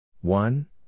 One